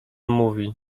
mówi